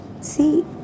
See